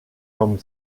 comme